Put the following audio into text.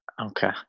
Okay